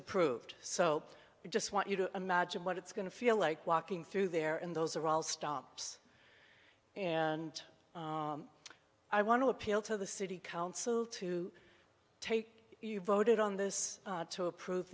approved so i just want you to imagine what it's going to feel like walking through there and those are all stops and i want to appeal to the city council to take you voted on this to approve